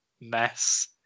mess